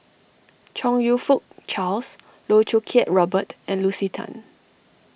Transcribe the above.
Chong You Fook Charles Loh Choo Kiat Robert and Lucy Tan